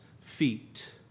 feet